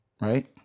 right